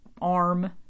arm